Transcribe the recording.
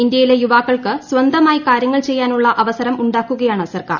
ഇന്ത്യയിലെ യുവാക്ക്ൾക്ക് സ്വന്തമായി കാര്യങ്ങൾ ചെയ്യാനുള്ള അവസരം ഉണ്ടാക്കുകയാണ് സർക്കാർ